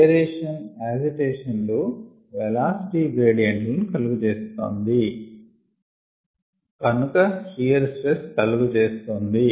aeration agitation లు velocity gradient లను కలుగ చేస్తోంది కనుక షియర్ స్ట్రెస్ కలుగ చేస్తోంది